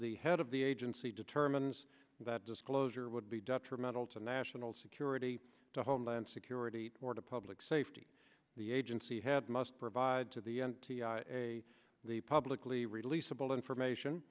the head of the agency determines that disclosure would be detrimental to national security to homeland security or to public safety the agency had must provide to the n t i a the publicly releasable information